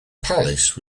palace